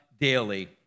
daily